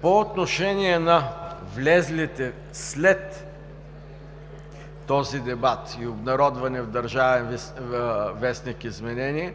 По отношение на влезлите след този дебат и обнародвани в „Държавен вестник“ изменения